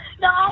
No